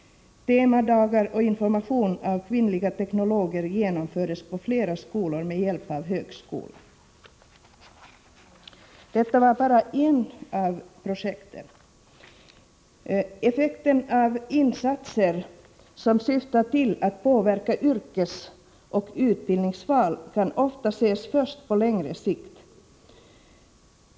Temadagar och information av kvinnliga teknologer genomfördes på flera skolor med hjälp av högskolan. Detta var bara ett av projekten. Effekten av insatser som syftar till att påverka yrkesoch utbildningsval kan ofta ses först på längre sikt.